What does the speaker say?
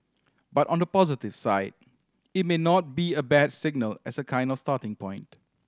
but on the positive side it may not be a bad signal as a kind of starting point